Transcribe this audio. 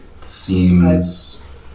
seems